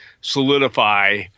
solidify